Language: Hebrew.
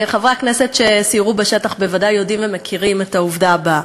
חברי הכנסת שסיירו בשטח בוודאי יודעים ומכירים את העובדה הבאה: